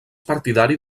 partidari